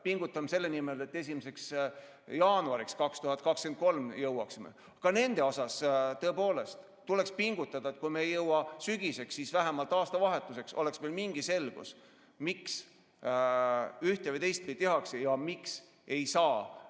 pingutame selle nimel, et jõuaksime 1. jaanuariks 2023. Tõepoolest, tuleks pingutada, et kui me ei jõua sügiseks, siis vähemalt aastavahetuseks oleks meil mingi selgus, miks ühte‑ või teistpidi tehakse ja miks ei saa